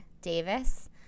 Davis